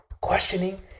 questioning